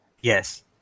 Yes